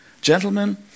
Gentlemen